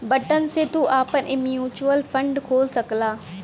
button से तू आपन म्युचुअल फ़ंड खोल सकला